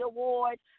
Awards